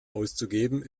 auszugeben